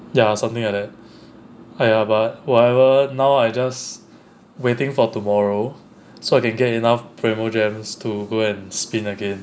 ya something like that !aiya! but whatever now I just waiting for tomorrow so I can get enough primogems to go and spin again